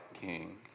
king